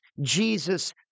Jesus